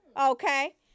Okay